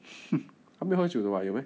他没有喝酒的 [what] 有 meh